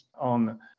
on